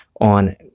on